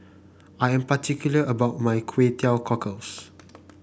I am particular about my Kway Teow Cockles